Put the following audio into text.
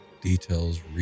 details